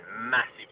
massive